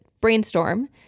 brainstorm